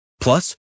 Plus